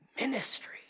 ministry